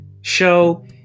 show